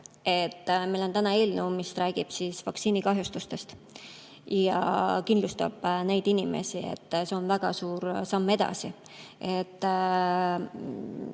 meil on täna eelnõu, mis räägib vaktsiinikahjustustest ja kindlustab inimesi – see on väga suur samm edasi.